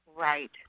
Right